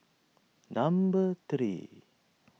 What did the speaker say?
number three